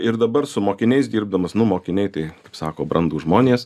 ir dabar su mokiniais dirbdamas nu mokiniai tai sako brandūs žmonės